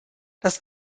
das